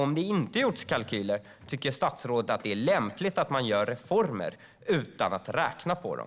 Om det inte har gjorts kalkyler, tycker statsrådet att det är lämpligt att göra reformer utan att räkna på dem?